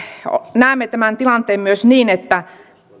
näemme tämän tilanteen myös niin että